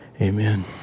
Amen